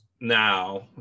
now